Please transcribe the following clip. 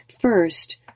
first